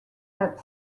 that